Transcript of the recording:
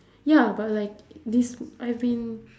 ya but like this I've been